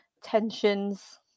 tensions